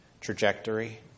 trajectory